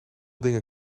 dingen